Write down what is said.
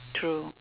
true